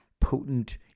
potent